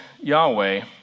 Yahweh